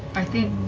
i think.